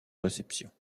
réception